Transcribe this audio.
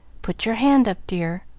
put your hand up, dear.